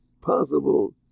possible